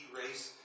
race